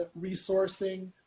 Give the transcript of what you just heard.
resourcing